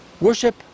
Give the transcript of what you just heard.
Worship